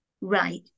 Right